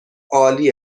عالی